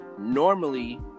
normally